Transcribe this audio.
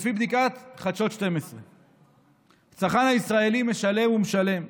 לפי בדיקת חדשות 12. הצרכן הישראלי משלם ומשלם.